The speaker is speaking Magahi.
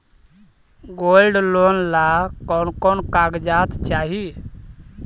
गोल्ड लोन ला कौन कौन कागजात चाही?